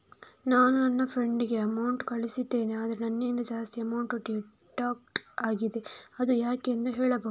ನಾನು ನನ್ನ ಫ್ರೆಂಡ್ ಗೆ ಅಮೌಂಟ್ ಕಳ್ಸಿದ್ದೇನೆ ಆದ್ರೆ ನನ್ನಿಂದ ಜಾಸ್ತಿ ಅಮೌಂಟ್ ಡಿಡಕ್ಟ್ ಆಗಿದೆ ಅದು ಯಾಕೆಂದು ಹೇಳ್ಬಹುದಾ?